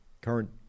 current